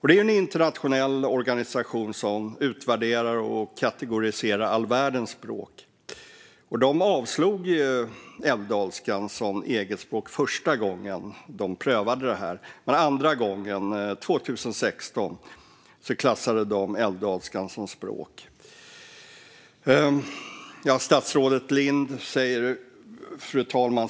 Det är en internationell organisation som utvärderar och kategoriserar all världens språk. De avslog älvdalskan som eget språk första gången de prövade detta. Men andra gången, 2016, klassade de älvdalskan som språk. Fru talman!